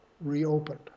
reopened